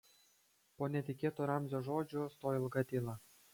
po netikėtų ramzio žodžių stojo ilga tyla